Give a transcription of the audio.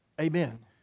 Amen